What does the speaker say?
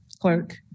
clerk